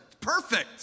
perfect